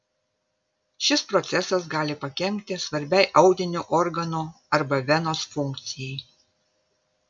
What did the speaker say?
šis procesas gali pakenkti svarbiai audinio organo arba venos funkcijai